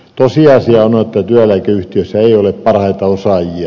tosiasia on että työeläkeyhtiöissä ei ole parhaita osaajia